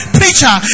preacher